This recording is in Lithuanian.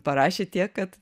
parašė tiek kad